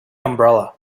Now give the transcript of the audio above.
umbrella